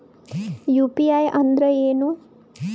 UPI ಅಂದ್ರೆ ಏನು?